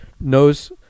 knows